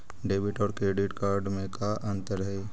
Debit और credit card में का अंतर हइ?